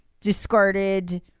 discarded